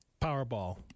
Powerball